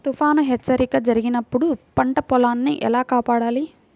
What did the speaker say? తుఫాను హెచ్చరిక జరిపినప్పుడు పంట పొలాన్ని ఎలా కాపాడాలి?